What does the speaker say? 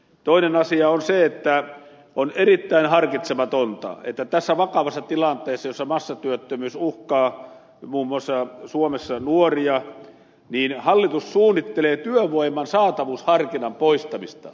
toinen asia on se että on erittäin harkitsematonta että tässä vakavassa tilanteessa jossa massatyöttömyys uhkaa muun muassa suomessa nuoria hallitus suunnittelee työvoiman saatavuusharkinnan poistamista